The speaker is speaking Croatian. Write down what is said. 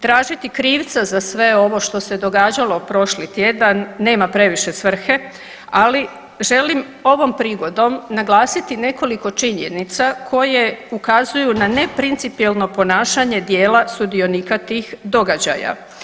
Tražiti krivca za sve ovo što se događalo prošli tjedan nema previše svrhe, ali želim ovom prigodom naglasiti nekoliko činjenica koje ukazuju na neprincipijelno ponašanje dijela sudionika tih događaja.